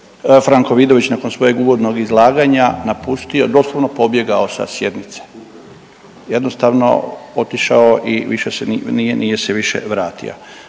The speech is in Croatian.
Franko Vidović nakon svojeg uvodnog izlaganja napustio, doslovno pobjegao sa sjednice. Jednostavno otišao i više se, nije se više vratio.